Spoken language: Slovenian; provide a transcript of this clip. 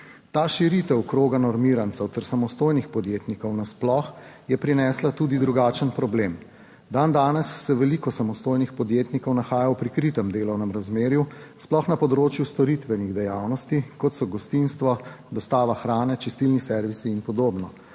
Ta širitev kroga normirancev ter samostojnih podjetnikov nasploh je prinesla tudi drugačen problem. Dandanes se veliko samostojnih podjetnikov nahaja v prikritem delovnem razmerju, sploh na področju storitvenih dejavnosti, kot so gostinstvo, dostava hrane, čistilni servisi in podobno.